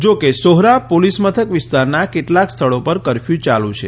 જો કે શોહરા પોલીસ મથક વિસ્તારના કે લાક સ્થળો પર કરફથુ યાલુ છે